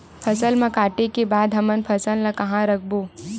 फसल ला काटे के बाद हमन फसल ल कहां रखबो?